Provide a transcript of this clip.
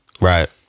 Right